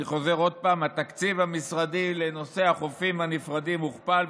אני חוזר עוד פעם: התקציב המשרדי לנושא החופים הנפרדים הוכפל,